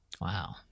Wow